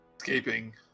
escaping